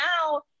now